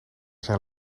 zijn